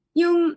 yung